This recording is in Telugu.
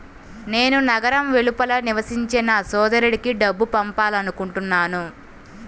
నేను నగరం వెలుపల నివసించే నా సోదరుడికి డబ్బు పంపాలనుకుంటున్నాను